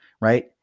right